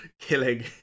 killing